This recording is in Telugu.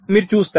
మీరు చూస్తారు